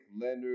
Leonard